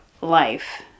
life